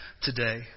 today